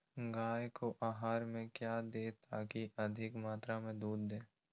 गाय को आहार में क्या दे ताकि अधिक मात्रा मे दूध दे?